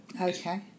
Okay